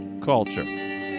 culture